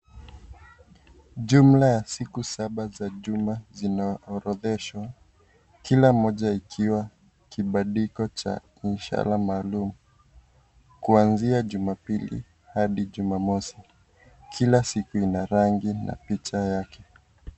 Jumla ya siku saba za juma zinaorodheshwa, kila mmoja ikiwa kibandiko cha ishara maalum. Kuanzia Jumapili hadi Jumamosi. Kila siku ina rangi na picha yake.